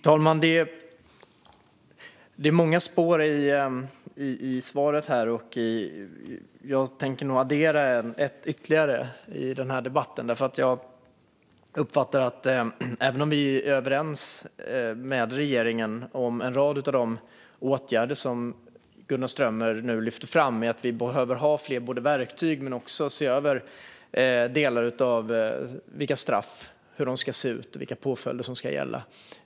Herr talman! Det var många spår i svaret, och jag tänker addera ytterligare ett i den här debatten. Jag uppfattar nämligen att vi socialdemokrater visserligen är överens med regeringen om en rad av de åtgärder som Gunnar Strömmer lyfter fram, som handlar om fler verktyg och översyn av hur straffen ska se ut och vilka påföljder som ska gälla.